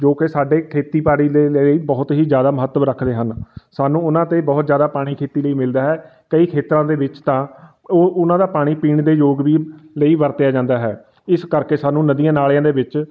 ਜੋ ਕਿ ਸਾਡੇ ਖੇਤੀਬਾੜੀ ਦੇ ਲਈ ਬਹੁਤ ਹੀ ਜ਼ਿਆਦਾ ਮਹੱਤਵ ਰੱਖਦੇ ਹਨ ਸਾਨੂੰ ਉਹਨਾਂ ਤੇ ਬਹੁਤ ਜ਼ਿਆਦਾ ਪਾਣੀ ਖੇਤੀ ਲਈ ਮਿਲਦਾ ਹੈ ਕਈ ਖੇਤਰਾਂ ਦੇ ਵਿੱਚ ਤਾਂ ਉਹ ਉਹਨਾਂ ਦਾ ਪਾਣੀ ਪੀਣ ਦੇ ਯੋਗ ਵੀ ਲਈ ਵਰਤਿਆ ਜਾਂਦਾ ਹੈ ਇਸ ਕਰਕੇ ਸਾਨੂੰ ਨਦੀਆਂ ਨਾਲਿਆਂ ਦੇ ਵਿੱਚ